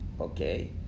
Okay